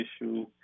issue